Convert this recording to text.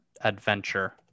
adventure